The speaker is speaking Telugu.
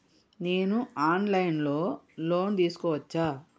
నేను ఆన్ లైన్ లో లోన్ తీసుకోవచ్చా?